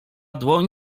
dłoń